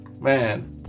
Man